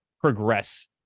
progress